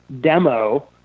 demo